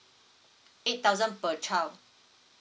eight thousand per child